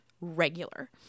regular